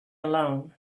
alone